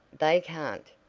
they can't.